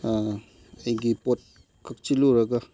ꯑꯩꯒꯤ ꯄꯣꯠ ꯀꯛꯁꯤꯜꯂꯨꯔꯒ